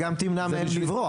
וגם תמנע מהם לברוח.